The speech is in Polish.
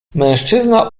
mężczyzna